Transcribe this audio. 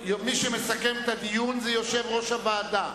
מי שמסכם את הדיון זה יושב-ראש הוועדה.